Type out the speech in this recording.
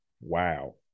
wow